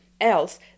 else